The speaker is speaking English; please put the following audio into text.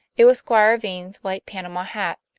it was squire vane's white panama hat,